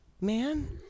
man